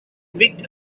picked